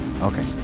Okay